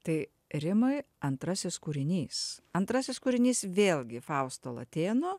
tai rimui antrasis kūrinys antrasis kūrinys vėlgi fausto latėno